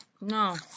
No